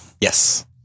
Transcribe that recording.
Yes